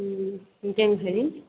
ఇంకేం హరి